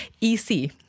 EC